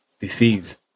disease